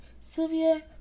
Sylvia